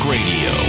Radio